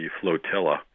flotilla